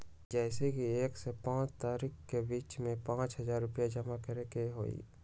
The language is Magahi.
जैसे कि एक से पाँच तारीक के बीज में पाँच हजार रुपया जमा करेके ही हैई?